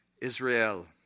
Israel